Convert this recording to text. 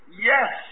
Yes